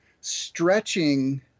stretching